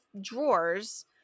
drawers